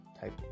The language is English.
type